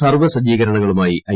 സർവ്വ സജ്ജീകരണങ്ങളുമായി ഐ